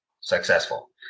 successful